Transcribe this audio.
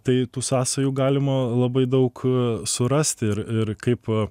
tai tų sąsajų galima labai daug surasti ir ir kaip